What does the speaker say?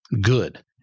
good